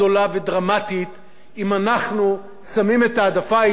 אם אנחנו שמים את ההעדפה האישית-הפופוליסטית מעל